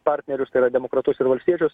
partnerius tai yra demokratus ir valstiečius